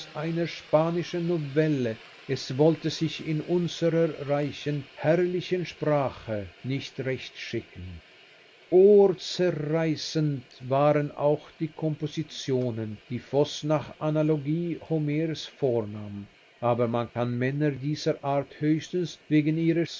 einer spanischen novelle es wollte sich in unserer reichen herrlichen sprache nicht recht schicken ohrzerreißend waren auch die kompositionen die voß nach analogie homer's vornahm aber man kann männer dieser art höchstens wegen ihres